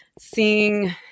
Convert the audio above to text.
seeing